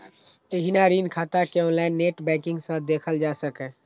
एहिना ऋण खाता कें ऑनलाइन नेट बैंकिंग सं देखल जा सकैए